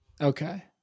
Okay